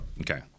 Okay